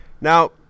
Now